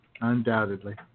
Undoubtedly